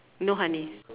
no honey